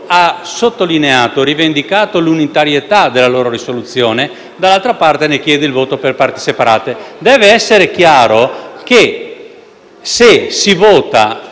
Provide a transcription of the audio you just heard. ha sottolineato e rivendicato l'unitarietà della sua risoluzione e - dall'altro - ne chiede il voto per parti separate. Deve essere chiaro se si vota